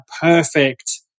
perfect